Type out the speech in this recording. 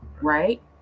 right